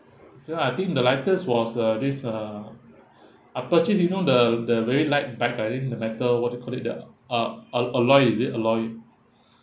ya I think the lightest was uh this uh I purchase you know the the very light bike I think the matter what do you call it the a~ a~ alloy is it alloy